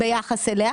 ביחס אליה,